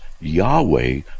Yahweh